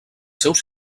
seus